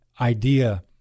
idea